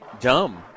dumb